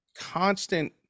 constant